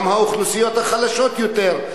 גם האוכלוסיות החלשות יותר.